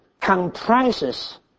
comprises